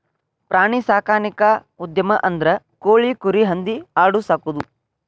ಪ್ರಾಣಿ ಸಾಕಾಣಿಕಾ ಉದ್ಯಮ ಅಂದ್ರ ಕೋಳಿ, ಕುರಿ, ಹಂದಿ ಆಡು ಸಾಕುದು